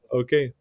okay